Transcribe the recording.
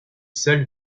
seul